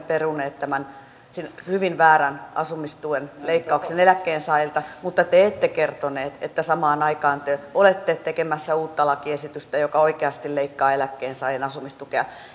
perunut tämän hyvin väärän asumistuen leikkauksen eläkkeensaajilta mutta te ette kertoneet että samaan aikaan te olette tekemässä uutta lakiesitystä joka oikeasti leikkaa eläkkeensaajien asumistukea